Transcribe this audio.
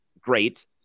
Great